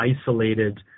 isolated